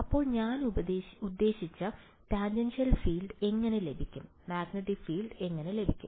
അപ്പോൾ ഞാൻ ഉദ്ദേശിച്ച ടാൻജൻഷ്യൽ ഫീൽഡ് എങ്ങനെ ലഭിക്കും മാഗ്നെറ്റിക് ഫീൽഡ് എങ്ങനെ ലഭിക്കും